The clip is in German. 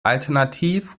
alternativ